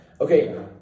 Okay